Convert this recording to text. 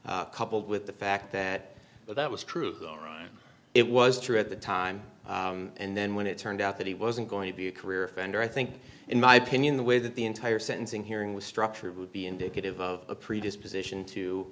coupled with the fact that that was true it was true at the time and then when it turned out that he wasn't going to be a career offender i think in my opinion the way that the entire sentencing hearing was structured would be indicative of a predisposition to